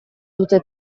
dute